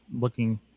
looking